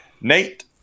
Nate